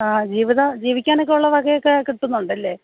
ആ ജീവിത ജീവിക്കാനൊക്കെ ഉള്ള വകയൊക്കെ കിട്ടുന്നുണ്ടല്ലേ